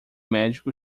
médico